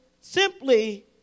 simply